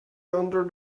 under